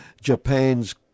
Japan's